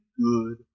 good